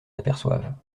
aperçoivent